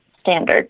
standard